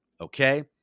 Okay